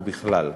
ובכלל.